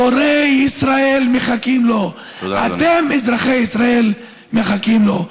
הורי ישראל מחכים לו, אתם, אזרחי ישראל, מחכים לו.